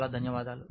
చాలా ధన్యవాదాలు